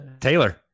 Taylor